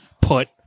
put